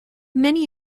many